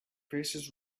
faces